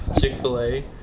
Chick-fil-A